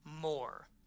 more